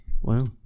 Wow